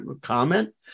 comment